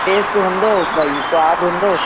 taste हुंदो भई स्वादु हुंदो